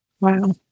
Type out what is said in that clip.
Wow